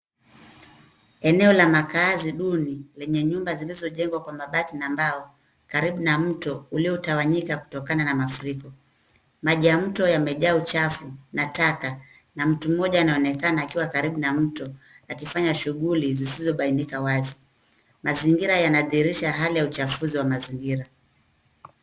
Eneo la makazi duni yenye nyumba zilozojengwa kwa mabati na mbao karibu na mto uliotawanyika kutokana na mafuriko. Maji ya mto yamejaa uchafu na taka na mtu mmoja anaonekana akiwa karibu na mto akifanya shughuli zisizobanika wazi. Mazingira yanadhihirisha hali ya uchafuzi wa mazingira.